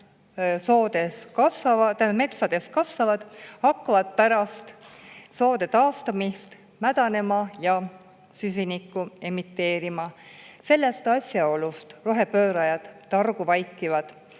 puud, mis praegu metsades kasvavad, hakkavad pärast soode taastamist mädanema ja süsinikku emiteerima. Sellest asjaolust rohepöörajad targu vaikivad.